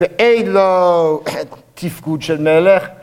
ואין לו תפקוד של מלך